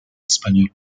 español